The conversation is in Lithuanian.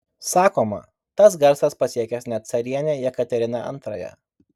sakoma tas garsas pasiekęs net carienę jekateriną antrąją